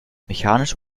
mechanisch